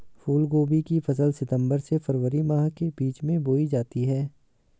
फूलगोभी की फसल सितंबर से फरवरी माह के बीच में बोई जाती है